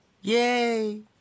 Yay